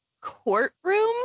courtroom